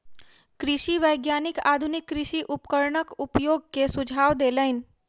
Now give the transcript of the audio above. कृषि वैज्ञानिक आधुनिक कृषि उपकरणक उपयोग के सुझाव देलैन